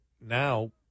now